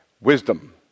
wisdom